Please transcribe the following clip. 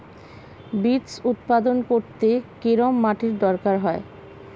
Beets উৎপাদন করতে কেরম মাটির দরকার হয়?